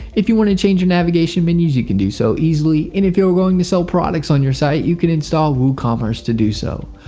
if you want to change your navigation menus, you can do so easily, and if you are going to sell products on your site, you can install woocommerce to do so.